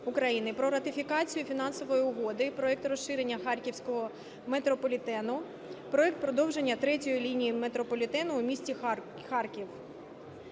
про ратифікацію Фінансової угоди (Проект "Розширення харківського метрополітену" (Проект "Подовження третьої лінії метрополітену у місті Харків")